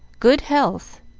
good health,